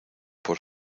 por